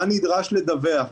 מה נדרש לדווח,